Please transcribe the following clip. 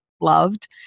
loved